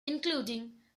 including